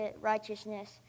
righteousness